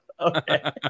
okay